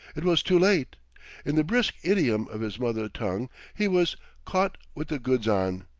it was too late in the brisk idiom of his mother-tongue, he was caught with the goods on.